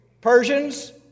Persians